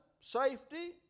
safety